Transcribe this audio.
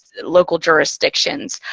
local jurisdictions.